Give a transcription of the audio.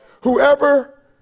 Whoever